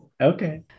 Okay